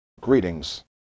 Greetings